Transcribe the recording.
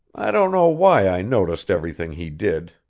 i don't know why i noticed everything he did,